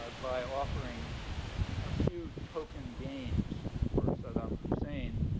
ah by offering a few token gains for saddam hussein,